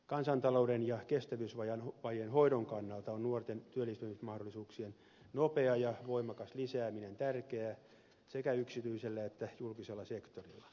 kansantalouden ja kestävyysvajeen hoidon kannalta on nuorten työllistymismahdollisuuksien nopea ja voimakas lisääminen tärkeää sekä yksityisellä että julkisella sektorilla